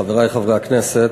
חברי חברי הכנסת,